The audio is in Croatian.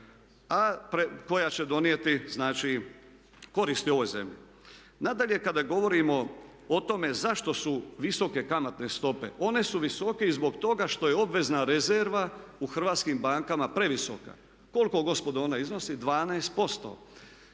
a koja će donijeti znači koristi ovoj zemlji. Nadalje, kada govorimo o tome zašto su visoke kamatne stope. One su visoke i zbog toga što je obvezna rezerva u hrvatskim bankama previsoka. Koliko gospodo ona iznosi? 12%.